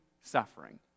suffering